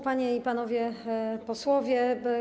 Panie i Panowie Posłowie!